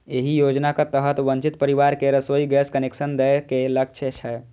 एहि योजनाक तहत वंचित परिवार कें रसोइ गैस कनेक्शन दए के लक्ष्य छै